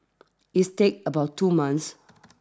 its takes about two months